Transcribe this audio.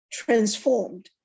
transformed